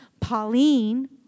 Pauline